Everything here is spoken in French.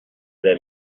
vais